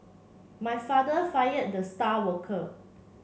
my father fired the star worker